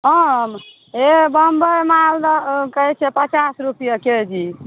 आम यै बम्बै मालदह दै छै पचास रूपये केजी